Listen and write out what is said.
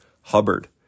Hubbard